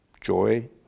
joy